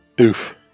Oof